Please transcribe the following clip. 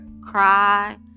cry